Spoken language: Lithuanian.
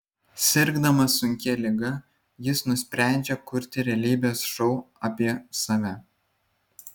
sirgdamas sunkia liga jis nusprendžia kurti realybės šou apie save